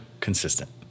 consistent